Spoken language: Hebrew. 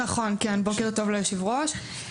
בוקר טוב ליושב-ראש.